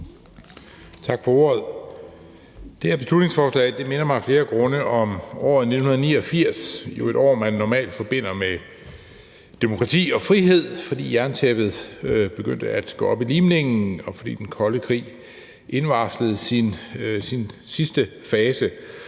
Tak for ordet. Det her beslutningsforslag minder mig af flere grunde om året 1989, et år, som man jo normalt forbinder med demokrati og frihed, fordi jerntæppet begyndte at gå op i limningen, og fordi den kolde krig indvarslede sin sidste fase.